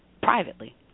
privately